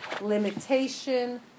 limitation